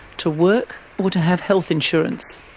to work, or to have health insurance.